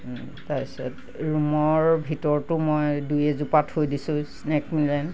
তাৰপিছত ৰূমৰ ভিতৰতো মই দুই এজোপা থৈ দিছোঁ স্নেক প্লেন